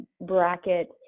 bracket